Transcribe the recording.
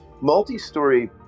multi-story